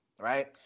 right